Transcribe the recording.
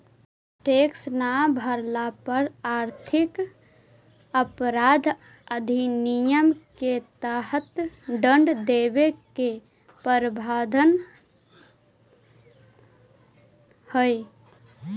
tax न भरला पर आर्थिक अपराध अधिनियम के तहत दंड देवे के प्रावधान हई